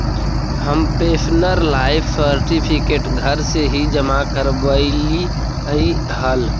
हम pensioner life certificate घर से ही जमा करवइलिअइ हल